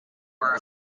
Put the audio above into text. were